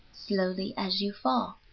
slowly as you fall,